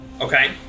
Okay